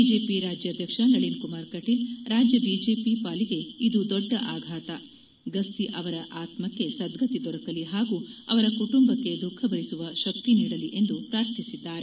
BJP ರಾಜ್ಯಾಧ್ಯಕ್ಷ ನಳಿನ್ಕುಮಾರ್ ಕಟೀಲ್ ರಾಜ್ಯ BJP ಪಾಲಿಗೆ ಇದು ದೊಡ್ಡ ಆಘಾತ ಗಸ್ತಿ ಅವರ ಆತ್ಪಕ್ಷೆ ಸಧ್ಧತಿ ದೊರಕಲಿ ಹಾಗೂ ಅವರ ಕುಟುಂಬಕ್ಕೆ ದುಖಃ ಭರಿಸುವ ಶಕ್ತಿ ನೀಡಲಿ ಎಂದು ಪ್ರಾರ್ಥಿಸಿದ್ದಾರೆ